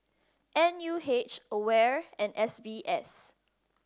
N U H AWARE and S B S